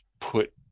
put